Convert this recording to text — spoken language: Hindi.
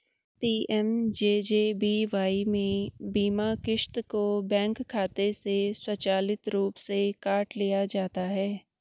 पी.एम.जे.जे.बी.वाई में बीमा क़िस्त को बैंक खाते से स्वचालित रूप से काट लिया जाता है